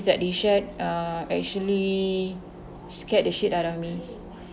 that they shared uh actually scared the shit out of me